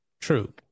True